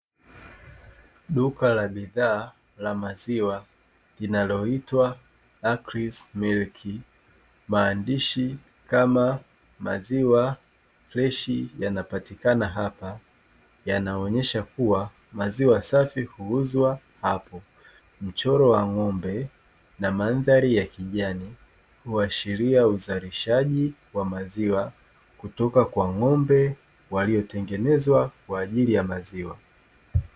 Duka la bidhaa la maziwa linaloitwa Akris milki maandishi kama "maziwa freshi yanapatikana hapa", yanaonyesha kuwa maziwa safi huuzwa hapo mchoro wa ng'ombe na mandhari ya kijani kuashiria uzalishaji wa maziwa kutoka kwa ng'ombe waliotengenezwa kwa ajili ya maziwa.